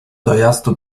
dojazdu